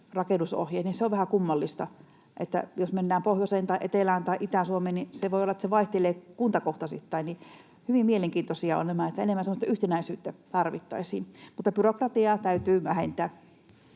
rakennusohjeet. Eli on vähän kummallista, että jos mennään pohjoiseen tai etelään tai Itä-Suomeen, niin voi olla, että se vaihtelee kuntakohtaisittain. Hyvin mielenkiintoisia ovat nämä, eli enemmän semmoista yhtenäisyyttä tarvittaisiin, mutta byrokratiaa täytyy vähentää.